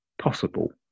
possible